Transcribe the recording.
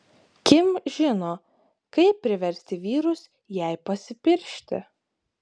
kim žino kaip priversti vyrus jai pasipiršti